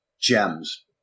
gems